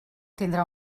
tindrà